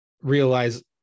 realize